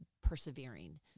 persevering